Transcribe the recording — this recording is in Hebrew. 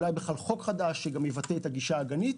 אולי בכלל חוק חדש שיבטא גם את הגישה האגנית.